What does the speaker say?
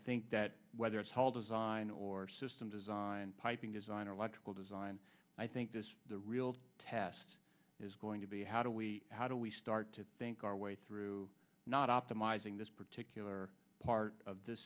think that whether it's whole design or system design piping design or electrical design i think this the real test is going to be how do we how do we start to think our way through not optimizing this particular part of the